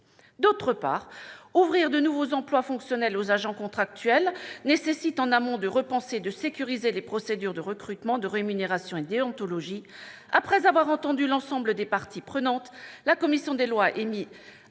D'autre part, ouvrir de nouveaux emplois fonctionnels aux agents contractuels nécessite, en amont, de repenser et de sécuriser les procédures de recrutement, de rémunération et de déontologie. Après avoir entendu l'ensemble des parties prenantes, la commission des lois a émis